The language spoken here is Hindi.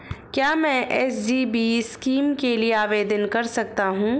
क्या मैं एस.जी.बी स्कीम के लिए आवेदन कर सकता हूँ?